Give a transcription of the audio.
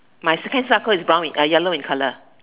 my sandcastle is brown uh yellow in color